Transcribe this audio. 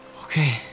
Okay